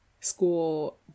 school